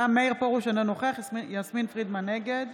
מאיר פרוש, אינו נוכח יסמין פרידמן, נגד